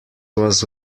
was